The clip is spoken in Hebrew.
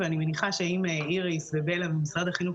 ואני מניחה אם איריס ובלה ממשרד החינוך,